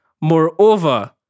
moreover